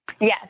Yes